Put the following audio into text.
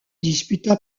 disputa